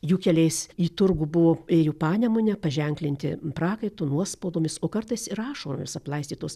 jų keliais į turgų buvo ėjo panemune paženklinti prakaitu nuospaudomis o kartais ir ašaromis aplaistytos